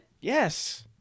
yes